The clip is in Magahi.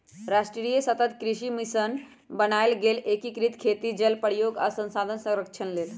राष्ट्रीय सतत कृषि मिशन बनाएल गेल एकीकृत खेती जल प्रयोग आ संसाधन संरक्षण लेल